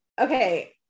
okay